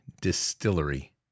Distillery